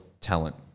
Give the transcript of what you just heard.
talent